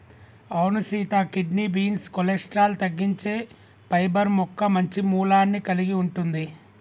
అవును Sita kidney beans cholesterol తగ్గించే fibre మొక్క మంచి మూలాన్ని కలిగి ఉంటుంది